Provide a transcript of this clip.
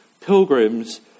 pilgrims